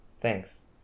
Thanks